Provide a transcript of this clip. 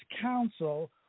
counsel